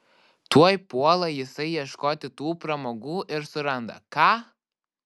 tuoj puola jisai ieškoti tų pramogų ir suranda ką